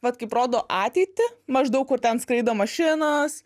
vat kaip rodo ateitį maždaug kur ten skraido mašinos